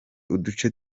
uduce